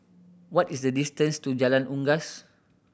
what is the distance to Jalan Unggas